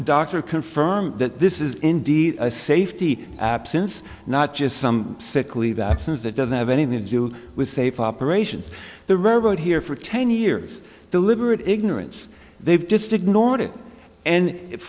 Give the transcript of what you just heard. the doctor confirm that this is indeed a safety absence not just some sickly vaccines that doesn't have anything to do with safe operations the robot here for ten years deliberate ignorance they've just ignored it and if